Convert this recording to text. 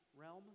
realm